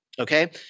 Okay